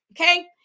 Okay